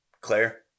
Claire